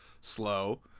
Slow